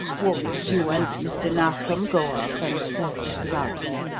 won't you and mr. narkom go up and search without me?